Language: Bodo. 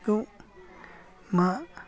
मा